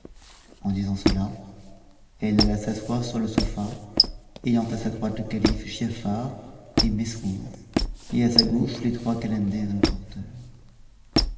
en disant cela elle alla s'asseoir sur le sofa ayant à sa droite le calife giafar et mesrour et à sa gauche les trois calenders et le porteur